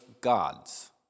gods